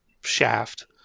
shaft